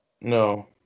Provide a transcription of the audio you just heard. No